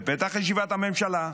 בפתח ישיבת הממשלה,